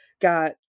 got